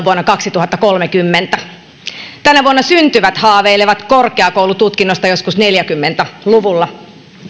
vuonna kaksituhattakolmekymmentä tänä vuonna syntyvät haaveilevat korkeakoulututkinnosta joskus kaksituhattaneljäkymmentä luvulla